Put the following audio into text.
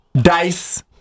dice